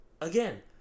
again